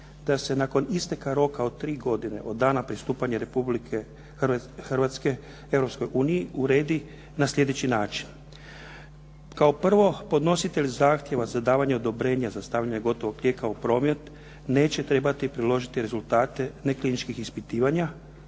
da se nakon isteka roka od tri godine od dana pristupanja Republike Hrvatske Europskoj uniji uredi na slijedeći način. Kao prvo, podnositelj zahtjeva za davanje odobrenja za stavljanje gotovog lijeka u promet neće trebati priložiti rezultate ne kliničkih ispitivanja